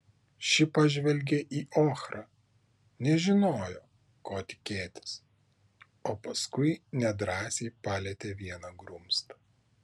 ši pažvelgė į ochrą nežinojo ko tikėtis o paskui nedrąsiai palietė vieną grumstą